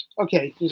Okay